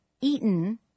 eaten